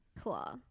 Cool